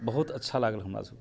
बहुत अच्छा लागल हमरा सबके